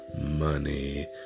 Money